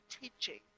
teaching